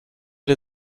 den